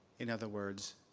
in other words,